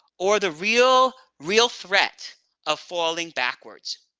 or the real, real threat of falling backwards.